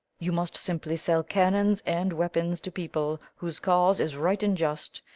you must simply sell cannons and weapons to people whose cause is right and just,